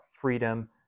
freedom